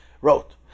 wrote